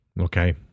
Okay